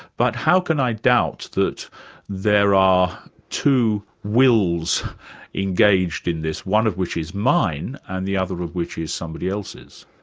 but how can i doubt that there are two wills engaged in this, one of which is mine, and the other of which is somebody else's?